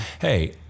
Hey